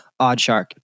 Oddshark